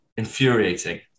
Infuriating